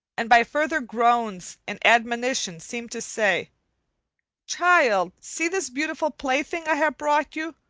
and by further groans and admonitions seem to say child, see this beautiful plaything i have brought you.